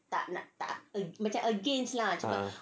ah